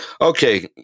Okay